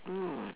oh